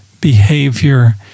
behavior